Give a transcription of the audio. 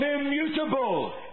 immutable